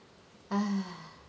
!hais!